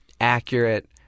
accurate